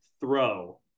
throw